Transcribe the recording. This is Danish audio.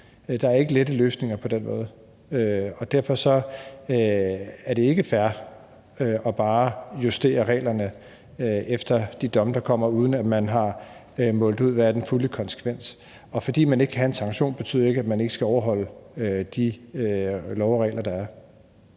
Der er ingen lette løsninger på den måde. Derfor er det ikke fair bare at justere reglerne efter de domme, der kommer, uden at man har målt ud, hvad den fulde konsekvens er. Og fordi der ikke er en sanktion, betyder det jo ikke, at man ikke skal overholde de love og regler, der er.